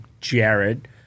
Jared